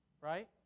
right